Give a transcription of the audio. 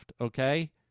okay